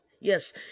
Yes